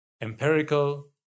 empirical